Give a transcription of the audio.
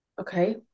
Okay